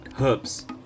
herbs